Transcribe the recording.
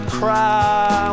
cry